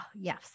Yes